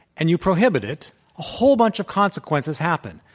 and you prohibit it, a whole bunch of consequences happen.